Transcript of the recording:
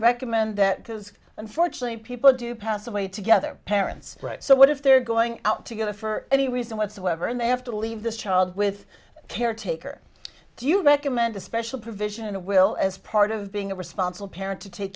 recommend that because unfortunately people do pass away together parents so what if they're going out together for any reason whatsoever and they have to leave this child with a caretaker do you recommend a special provision in a will as part of being a responsible parent to take